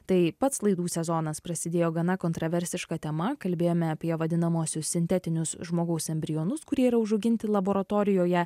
tai pats laidų sezonas prasidėjo gana kontroversiška tema kalbėjome apie vadinamuosius sintetinius žmogaus embrionus kurie yra užauginti laboratorijoje